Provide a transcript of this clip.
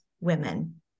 women